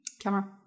camera